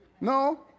no